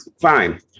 fine